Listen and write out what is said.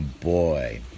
Boy